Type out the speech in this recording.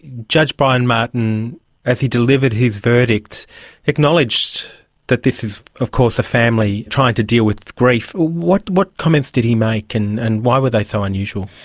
judge brian martin as he delivered his verdict acknowledged that this is of course a family trying to deal with grief. what what comments did he make and why were they so unusual?